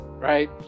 right